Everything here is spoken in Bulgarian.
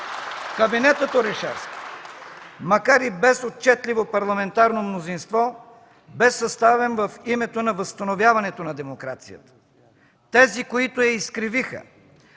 Кабинетът Орешарски, макар и без отчетливо парламентарно мнозинство, бе съставен в името на възстановяването на демокрацията. Тези, които я изкривиха,